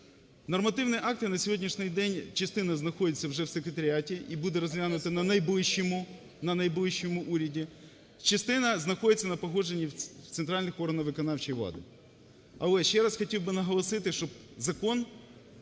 Нормативні акти на сьогоднішній день, частина знаходиться вже в секретаріаті, і буде розглянута на найближчому уряді, частина знаходиться на погодженні в центральних органах виконавчої влади. Але ще раз хотів би наголосити, що закон